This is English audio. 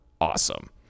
awesome